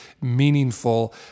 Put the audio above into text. meaningful